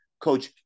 Coach